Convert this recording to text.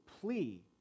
plea